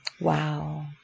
Wow